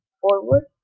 forward